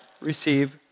receive